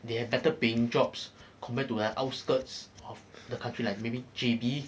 they have better paying jobs compared to their outskirts of the country like maybe J_B